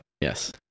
Yes